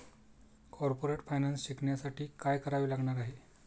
Corporate finance शिकण्यासाठी काय करावे लागणार आहे?